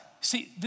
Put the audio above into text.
See